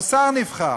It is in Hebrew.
או שר נבחר,